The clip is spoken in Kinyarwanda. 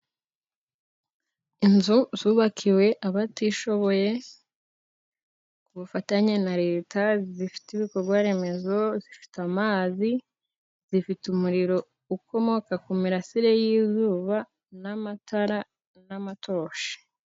Inzu zubakiwe abatishoboye, ku bufatanye na leta, zifite ibikorwa remezo, zifite amazi, zifite umuriro ukomoka ku mirasire y'izuba, n'amatara n'amatoshi.